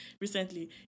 recently